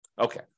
Okay